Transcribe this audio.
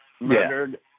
murdered